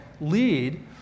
lead